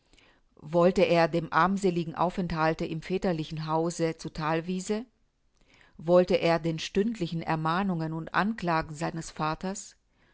wollte er dem armseligen aufenthalte im väterlichen haufe zu thalwiese wollte er den stündlichen ermahnungen und anklagen seines vaters